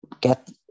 get